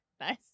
Nice